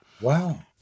Wow